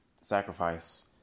sacrifice